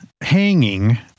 hanging